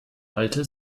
alte